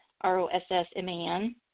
R-O-S-S-M-A-N